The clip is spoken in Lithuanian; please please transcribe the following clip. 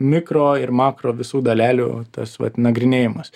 mikro ir makro visų dalelių tas vat nagrinėjimas